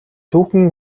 түүхэн